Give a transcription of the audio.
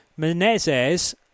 Menezes